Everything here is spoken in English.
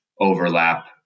overlap